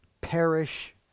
Perish